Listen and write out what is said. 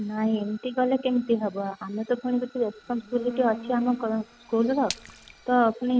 ନାଇଁ ଏମିତି କଲେ କେମିତି ହେବ ଆମେ ତ ପୁଣି କିଛି ରେସପନସିବିଲିଟି କିଛି ଅଛି ଆମ ସ୍କୁଲର ତ ପୁଣି